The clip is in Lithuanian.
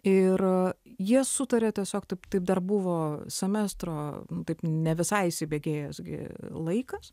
ir jie sutaria tiesiog taip taip dar buvo semestro taip ne visai įsibėgėjęs gi laikas